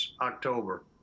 October